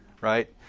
right